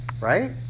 right